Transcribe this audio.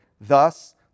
thus